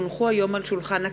כי הונחו היום על שולחן הכנסת,